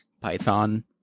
python